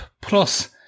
plus